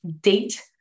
date